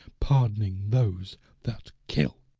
pardoning those that kill.